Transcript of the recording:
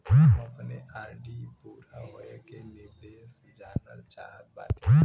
हम अपने आर.डी पूरा होवे के निर्देश जानल चाहत बाटी